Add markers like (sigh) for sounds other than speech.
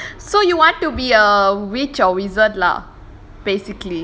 hmm (laughs) so you want to be a witch or wizard lah